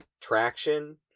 traction